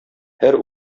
һәр